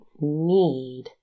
need